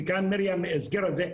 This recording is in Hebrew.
וגם מרים הזכירה את זה,